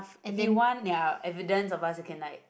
if you want ya evidence of us you can like